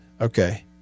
Okay